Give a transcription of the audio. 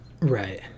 right